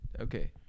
Okay